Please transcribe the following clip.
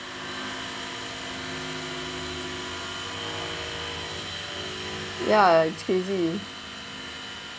ya it's crazy